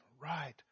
right